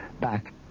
back